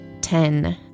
ten